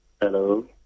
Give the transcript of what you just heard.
Hello